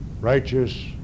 righteous